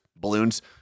balloons